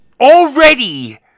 already